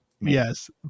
Yes